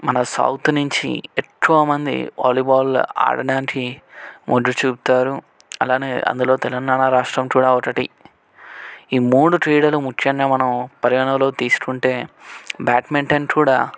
మన సౌత్ నుంచి ఎక్కువ మంది వాలీబాల్ ఆడటానికి మొగ్గు చూపుతారు అలానే అందులో తెలంగాణ రాష్ట్రం కూడా ఒకటి ఈ మూడు క్రీడలు ముఖ్యంగా మనం పరిగణనలోకి తీసుకుంటే బ్యాడ్మింటన్ కూడా